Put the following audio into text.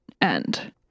end